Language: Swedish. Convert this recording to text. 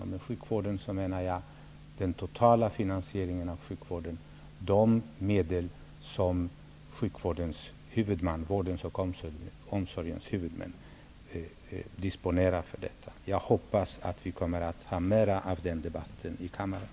Med sjukvården menar jag den totala finansieringen av sjukvården, de medel som vårdens och omsorgens huvudmän disponerar för detta. Jag hoppas att vi kommer att ha mera av den debatten i kammaren.